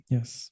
Yes